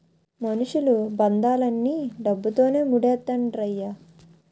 మనుషులు బంధాలన్నీ డబ్బుతోనే మూడేత్తండ్రయ్య